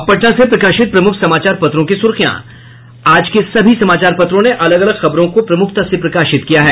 अब पटना से प्रकाशित प्रमुख समाचार पत्रों की सुर्खियां आज के सभी समाचार पत्रों ने अलग अलग खबरों को प्रमुखता से प्रकाशित किया है